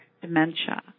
dementia